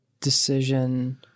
decision